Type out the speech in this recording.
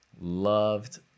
loved